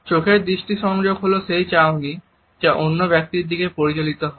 চোখের দৃষ্টি সংযোগ হল সেই চাহনি যা অন্য ব্যক্তির দিকে পরিচালিত হয়